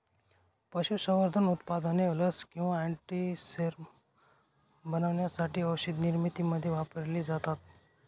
पशुसंवर्धन उत्पादने लस किंवा अँटीसेरम बनवण्यासाठी औषधनिर्मितीमध्ये वापरलेली जातात